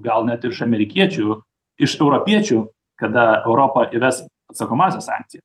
gal net iš amerikiečių iš europiečių kada europa įves atsakomąsias sankcijas